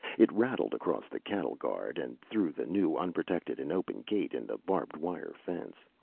it rattled across the cattle guard and through the new-unprotected and open gate in the barbed wire fence.